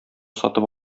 сатып